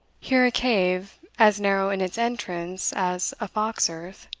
here a cave, as narrow in its entrance as a fox-earth,